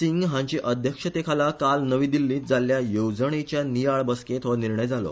सिंग हांचे अध्यक्षतेखाला काल नवी दिल्लींत जाल्ल्या येवजणेच्या नियाळ बसकेंत हो निर्णय जालो